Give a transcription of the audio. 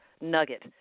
nugget